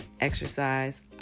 exercise